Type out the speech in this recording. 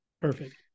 Perfect